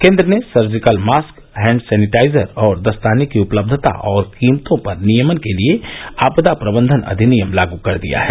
केन्द्र ने surgical mask hand sanitiser और दस्ताने की उपलब्धता और कीमतों पर नियमन के लिए आपदा प्रबंधन अधिनियम लागू कर दिया है